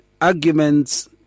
arguments